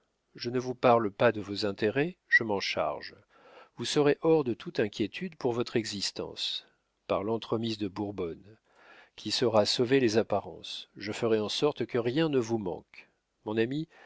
je ne vous parle pas de vos intérêts je m'en charge vous serez hors de toute inquiétude pour votre existence par l'entremise de bourbonne qui saura sauver les apparences je ferai en sorte que rien ne vous manque mon ami